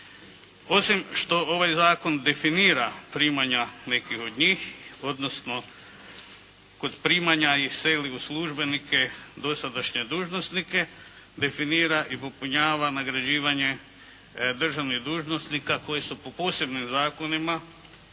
Osim što ovaj zakon definira primanja nekih od njih, odnosno kod primanja ih seli u službenike dosadašnje dužnosnike, definira i popunjava nagrađivanje državnih dužnosnika koji su po posebnim zakonima